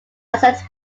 except